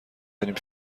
داریم